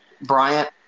Bryant